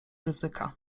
ryzyka